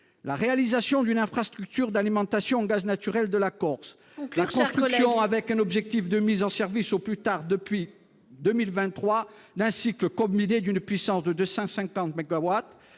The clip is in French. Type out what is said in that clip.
la réalisation d'une infrastructure d'alimentation en gaz naturel de la Corse, la construction, avec un objectif de mise en service au plus tard début 2023, d'un cycle combiné d'une puissance de 250